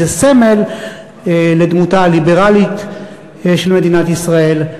כי זה סמל לדמותה הליברלית של מדינת ישראל,